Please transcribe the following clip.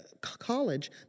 college